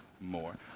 more